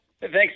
Thanks